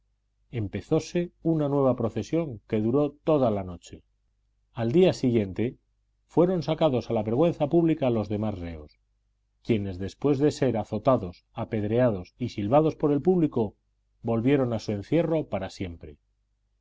todavía empezóse una nueva procesión que duró toda la noche al día siguiente fueron sacados a la vergüenza pública los demás reos quienes después de ser azotados apedreados y silbados por el público volvieron a su encierro para siempre